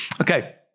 Okay